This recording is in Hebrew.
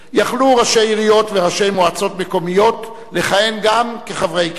היו ראשי עיריות וראשי מועצות מקומיות יכולים לכהן גם כחברי הכנסת.